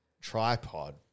Tripod